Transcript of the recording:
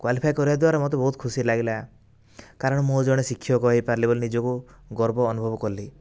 qualify କରିବା ଦ୍ଵାରା ମୋତେ ବହୁତ ଖୁସି ଲାଗିଲା କାରଣ ମୁଁ ଜଣେ ଶିକ୍ଷକ ହୋଇପାରିଲି ବୋଲି ନିଜକୁ ଗର୍ବ ଅନୁଭବ କଲି